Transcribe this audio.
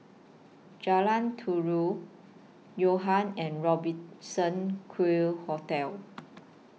Jalan Yo Ha and Robertson Quay Hotel